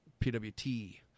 PWT